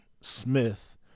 Smith